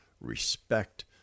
respect